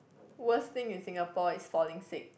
worst thing in Singapore is falling sick